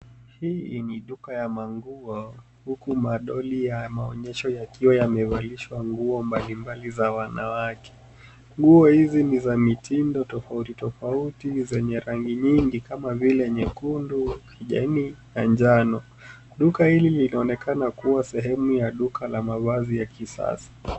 Hii ni duka ya manguo huku madoli ya maonyesho yakiwa yamevalishwa nguo mbalimbali za wanawake. Nguo hizi ni za mitindo tofauti tofauti zenye rangi nyingi kama vile nyekundu, kijani na njano. Duka hili linaonekana kuwa sehemu ya duka la mavazi ya kisasa.